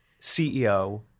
CEO –